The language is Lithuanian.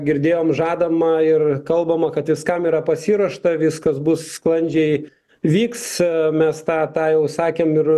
girdėjom žadama ir kalbama kad viskam yra pasiruošta viskas bus sklandžiai vyks mes tą tą jau sakėm ir